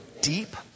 deep